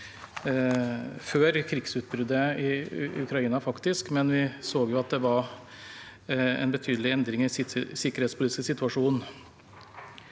før krigsutbruddet i Ukraina, men vi så jo at det var en betydelig endring i den sikkerhetspolitiske situasjonen.